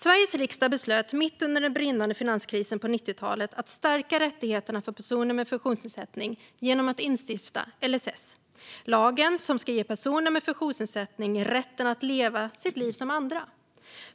Sveriges riksdag beslutade mitt under den brinnande finanskrisen på 90-talet att stärka rättigheterna för personer med funktionsnedsättning genom att instifta LSS. Det är lagen som ska ge personer med funktionsnedsättning rätten att leva ett liv som andra.